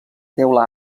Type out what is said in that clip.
teula